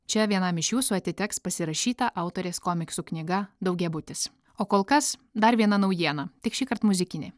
čia vienam iš jūsų atiteks pasirašyta autorės komiksų knyga daugiabutis o kol kas dar viena naujiena tik šįkart muzikinė